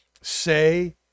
say